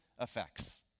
effects